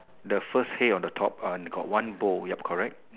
the first hay on the top got one bow ya correct